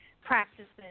practices